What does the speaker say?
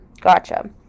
Gotcha